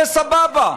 זה סבבה.